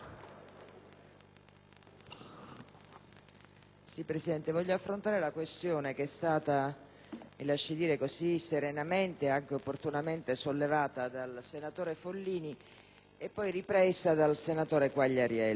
Presidente, voglio affrontare la questione che è stata così serenamente ed anche opportunamente sollevata dal senatore Follini e poi ripresa dal senatore Quagliariello,